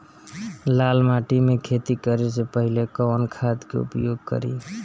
लाल माटी में खेती करे से पहिले कवन खाद के उपयोग करीं?